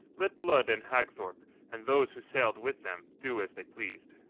let blood and hagthorpe and those who sailed with them do as they pleased.